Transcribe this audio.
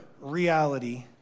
reality